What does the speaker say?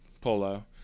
polo